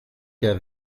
der